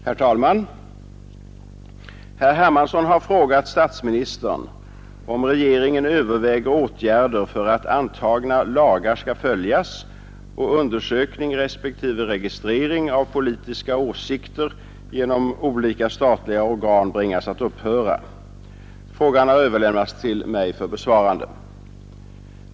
Herr talman! Herr Hermansson har frågat statsministern om regeringen överväger åtgärder för att antagna lagar skall följas och undersökning respektive registrering av politiska åsikter genom olika statliga organ bringas att upphöra. Frågan har överlämnats till mig för besvarande.